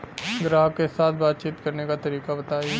ग्राहक के साथ बातचीत करने का तरीका बताई?